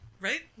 right